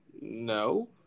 No